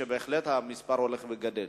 שבהחלט המספר הולך וגדל.